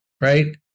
right